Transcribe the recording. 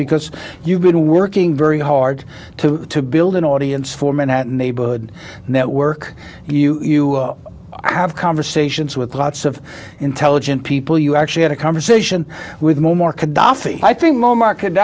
because you've been working very hard to build an audience for manhattan neighborhood network you have conversations with lots of intelligent people you actually had a conversation with moammar gadhafi i think mo